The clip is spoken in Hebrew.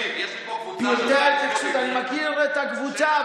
תקשיב, יש לי פה קבוצה, אני מכיר את הקבוצה.